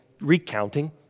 recounting